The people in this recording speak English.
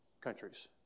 countries